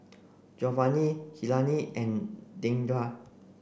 Jovany Helaine and Dandre